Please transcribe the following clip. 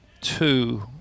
two